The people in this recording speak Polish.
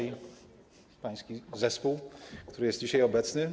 I pański zespół, który jest dzisiaj obecny!